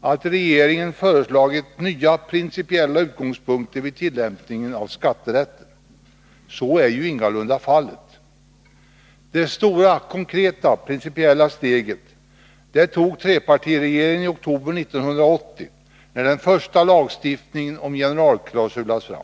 att regeringen har föreslagit nya principiella utgångspunkter vid tillämpningen av skatterätten. Så är ju ingalunda fallet. Det stora, konkreta, principiella steget tog trepartiregeringen i oktober 1980 när det första förslaget till lagstiftning om generalklausul lades fram.